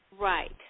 Right